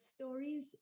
Stories